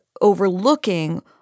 overlooking